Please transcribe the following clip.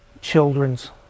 children's